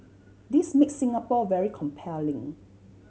this makes Singapore very compelling